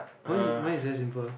mine is mine is very simple